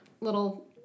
little